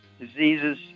Diseases